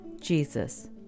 Jesus